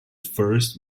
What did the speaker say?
first